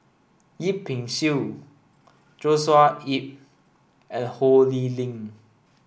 Yip Pin Xiu Joshua Ip and Ho Lee Ling